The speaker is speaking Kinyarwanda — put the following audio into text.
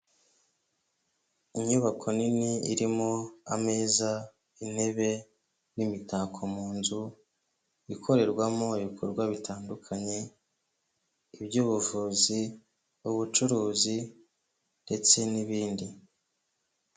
Inyubako nini irimo ameza, intebe n'imitako mu nzu ikorerwamo ibikorwa bitandukanye iby'ubuvuzi ubucuruzi ndetse n'ibindi.